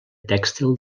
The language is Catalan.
tèxtil